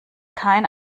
kein